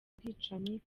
ubwicanyi